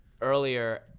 earlier